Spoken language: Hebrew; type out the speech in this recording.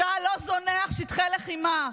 צה"ל לא זונח שטחי לחימה,